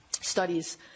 studies